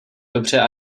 dobře